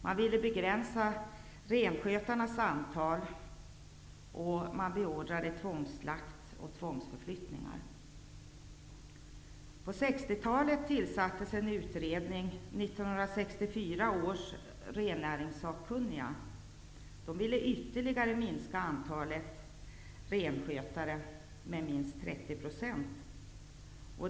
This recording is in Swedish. Man ville begränsa renskötarnas antal och beordrade tvångsslakt och tvångsförflyttningar. På 60-talet tillsattes en utredning, 1964 års rennäringssakkunniga, som ytterligare ville minska antalet renskötare med minst 30 %.